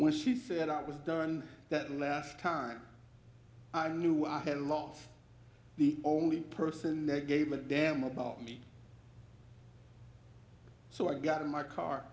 when she said i was done that last time i knew i had lost the only person i gave a damn about me so i got in my car